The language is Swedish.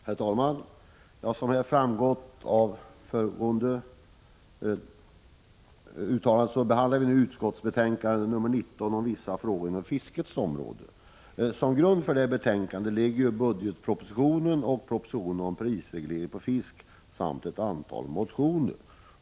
Herr talman! Som framgått av tidigare uttalanden behandlar vi nu jordbruksutskottets betänkande 19 om vissa frågor inom fiskets område. Som grund för betänkandet ligger budgetpropositionen och propositionen om prisreglering på fisk samt ett antal motioner.